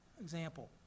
example